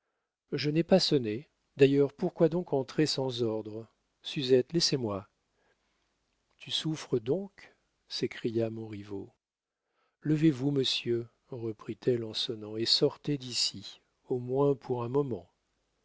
je n'ai pas sonné d'ailleurs pourquoi donc entrer sans ordre suzette laissez-moi tu souffres donc s'écria montriveau levez-vous monsieur reprit-elle en sonnant et sortez d'ici au moins pour un moment